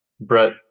Brett